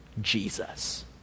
Jesus